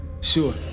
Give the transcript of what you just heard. Sure